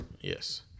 Yes